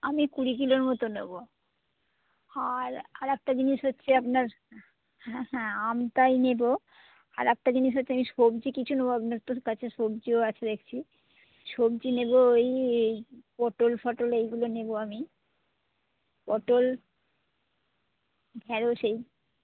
আমি কুড়ি কিলোর মতো নেবো আর আর একটা জিনিস হচ্ছে আপনার হ্যাঁ হ্যাঁ আমটাই নেবো আর একটা জিনিস হচ্ছে আমি সবজি কিছু নেবো আপনার কাছে সবজিও আছে দেখছি সবজি নেবো এই পটল ফটল এইগুলো নেবো আমি পটল ঢেঁড়শ এই